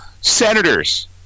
Senators